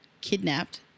kidnapped